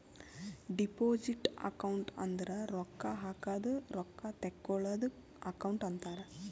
deposit account ಅಂದುರ್ ರೊಕ್ಕಾ ಹಾಕದ್ ರೊಕ್ಕಾ ತೇಕ್ಕೋಳದ್ ಅಕೌಂಟ್ ಅಂತಾರ್